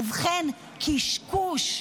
ובכן, קשקוש.